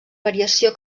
variació